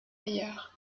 ailleurs